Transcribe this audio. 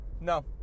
no